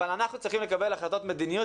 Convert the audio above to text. אבל אנחנו צריכים לקבל החלטות מדיניות